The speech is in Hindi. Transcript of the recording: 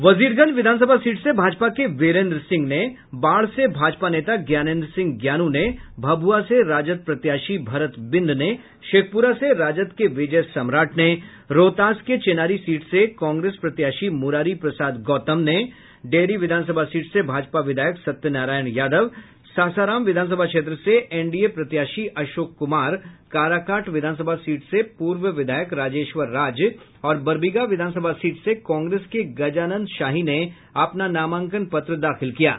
वजीरगंज विधानसभा सीट से भाजपा के वीरेन्द्र सिंह ने बाढ़ से भाजपा नेता ज्ञानेन्द्र सिंह ज्ञानू ने भभूआ से राजद प्रत्याशी भरत बिंद ने शेखपुरा से राजद के विजय सम्राट ने रोहतास के चेनारी सीट से कांग्रेस प्रत्याशी मूरारी प्रसाद गौतम डेहरी विधानसभा सीट से भाजपा विधायक सत्य नारायण यादव सासाराम विधानसभा क्षेत्र से एनडीए प्रत्याशी अशोक कुमार काराकाट विधानसभा सीट से पूर्व विधायक राजेश्वर राज और बरबीघा विधानसभा सीट से कांग्रेस के गजानंद शाही ने अपना नामांकन पत्र दाखिल किया है